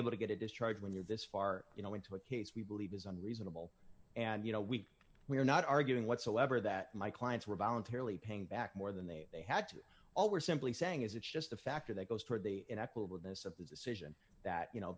able to get a discharge when you're this far you know into a case we believe isn't reasonable and you know we we are not arguing whatsoever that my clients were voluntarily paying back more than they had all we're simply saying is it's just a factor that goes toward the inequitable this of the decision that you know